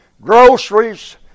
groceries